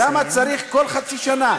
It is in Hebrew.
למה צריך בכל חצי שנה?